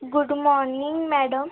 good morning madam